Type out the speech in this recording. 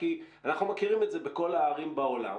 כי אנחנו מכירים את זה בכל הערים בעולם.